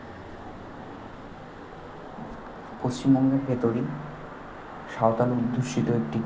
পশ্চিমবঙ্গের ভেতরই সাঁওতাল অধ্যুষিত একটি